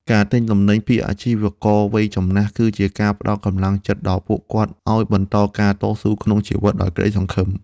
ការទិញទំនិញពីអាជីវករវ័យចំណាស់គឺជាការផ្ដល់កម្លាំងចិត្តដល់ពួកគាត់ឱ្យបន្តការតស៊ូក្នុងជីវិតដោយក្ដីសង្ឃឹម។